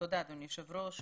תודה אדוני היושב ראש.